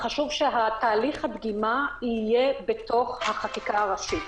חשוב שתהליך הדגימה יהיה בתוך החקיקה הראשית.